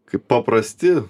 kaip paprasti